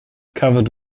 covered